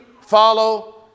follow